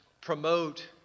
promote